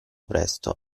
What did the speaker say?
presto